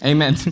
Amen